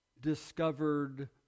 discovered